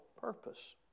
purpose